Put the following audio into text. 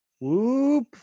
whoop